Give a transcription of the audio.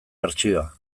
bertsioa